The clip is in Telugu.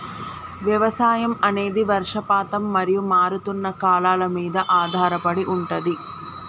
వ్యవసాయం అనేది వర్షపాతం మరియు మారుతున్న కాలాల మీద ఆధారపడి ఉంటది